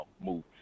move